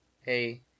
hey